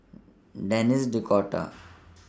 Denis D'Cotta